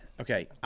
Okay